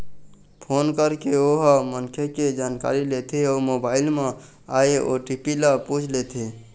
phone करके ओ ह मनखे के जानकारी लेथे अउ मोबाईल म आए ओ.टी.पी ल पूछ लेथे